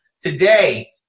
today